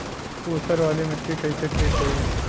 ऊसर वाली मिट्टी कईसे ठीक होई?